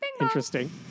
Interesting